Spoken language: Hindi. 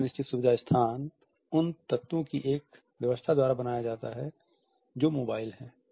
सेमी फिक्स्ड फीचर स्पेस उन तत्वों की एक व्यवस्था द्वारा बनाया जाता है जो मोबाइल हैं